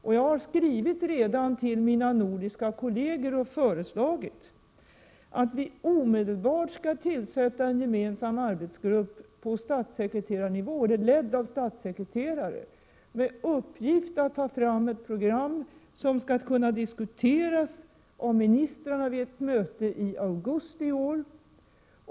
Jag har redan skrivit till mina nordiska kolleger och föreslagit att vi genast skall tillsätta en gemensam arbetsgrupp på statssekreterarnivå, eller i varje fall en grupp ledd av statssekreterare, med uppgift att ta fram ett program som skall kunna diskuteras av ministrarna vid ett möte i augusti i år.